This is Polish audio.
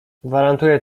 gwarantuje